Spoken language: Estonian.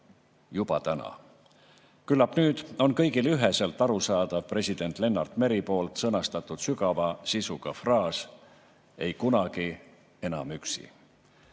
juba täna. Küllap on nüüd kõigile üheselt arusaadav president Lennart Meri sõnastatud sügava sisuga fraas "Ei kunagi enam üksi."